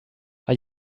are